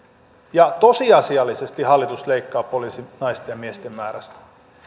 ja tosiasiallisesti hallitus leikkaa poliisinaisten ja miesten määrästä